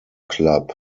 club